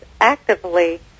actively